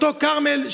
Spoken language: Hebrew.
אותו כרמל,